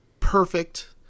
perfect